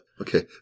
Okay